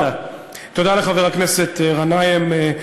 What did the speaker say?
תודה לחבר הכנסת גנאים.